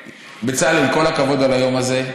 בצלאל, כל הכבוד על היום הזה.